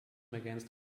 against